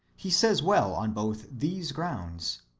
he says well on both these grounds,